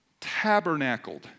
tabernacled